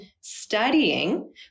studying